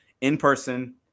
In-person